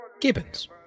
Gibbons